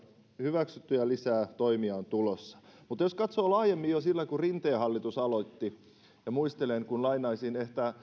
hyväksytty ja lisää toimia on tulossa mutta jos katsoo laajemmin jo sitä kun rinteen hallitus aloitti ja jos lainaisin